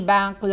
Bank